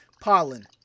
pollen